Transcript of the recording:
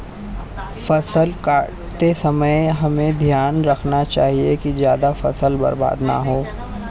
फसल काटते समय हमें ध्यान रखना चाहिए कि ज्यादा फसल बर्बाद न हो